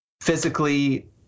physically